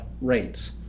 rates